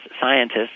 scientists